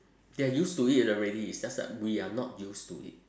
they are used to it already it's just that we are not used to it